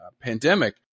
pandemic